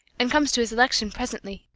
and comes to his election presently.